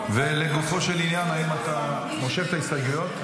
לגופו של עניין, האם אתה מושך את ההסתייגויות?